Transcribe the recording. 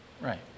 Right